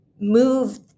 move